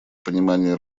понимание